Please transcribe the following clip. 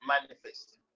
manifest